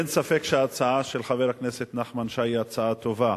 אין ספק שההצעה של חבר הכנסת נחמן שי היא הצעה טובה,